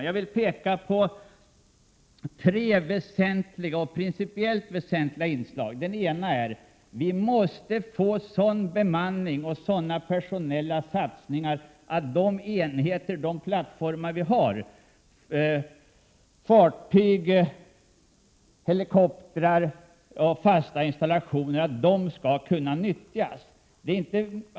Jag vill peka på tre principiellt väsentliga inslag. För det första: Vi måste få sådan bemanning och sådana personella satsningar att de plattformar som vi har — fartyg, helikoptrar och fasta installationer — skall kunna nyttjas.